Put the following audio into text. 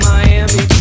Miami